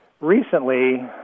recently